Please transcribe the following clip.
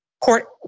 court